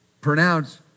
pronounced